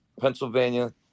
Pennsylvania